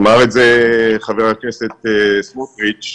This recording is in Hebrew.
ואמר את זה חבר הכנסת סמוטריץ',